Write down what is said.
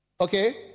Okay